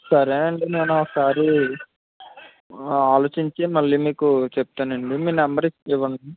సరే అండి నేనొకసారి మా ఆలోచించి మళ్ళీ మీకు చెప్తానండి మీ నెంబర్ ఇచ్చి ఇవ్వండి